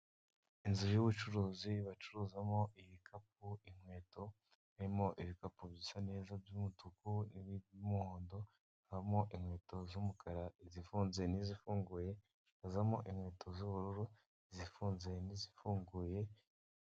Inzu y'ubucuruzi bacuruzamo ibikapu, inkweto, harimo ibikapu bisa neza by'umutuku n'ibindi by'umuhondo, hakabamo inkweto z'umukara izifunze n'izifunguye, hakazamo inkweto z'ubururu zifunze n'izifunguye.